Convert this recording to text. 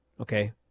okay